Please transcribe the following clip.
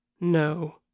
no